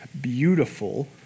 beautiful